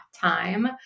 time